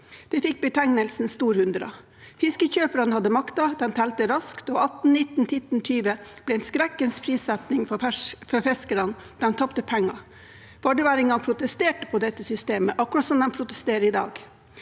Det fikk betegnelsen «storhundre». Fiskekjøperne hadde makten, de telte raskt – atten, nitten, titten, tyve – og dette ble en skrekkens prissetting for fiskerne, de tapte penger. Vardøværingene protesterte på dette systemet, akkurat som de protesterer i dag.